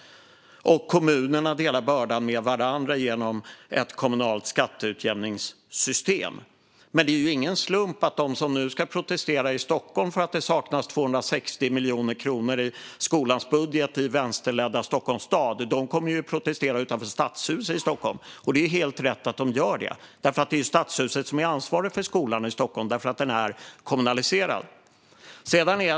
Och kommunerna delar bördan med varandra genom ett kommunalt skatteutjämningssystem. Men det är ingen slump att de som nu ska protestera i Stockholm för att det saknas 260 miljoner kronor i skolans budget i vänsterledda Stockholms stad kommer att protestera utanför Stadshuset i Stockholm. Det är helt rätt att de gör det, för det är Stadshuset som är ansvarigt för skolan i Stockholm. Den är nämligen kommunaliserad.